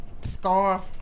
scarf